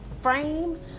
frame